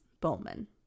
Bowman